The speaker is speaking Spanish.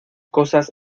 cosas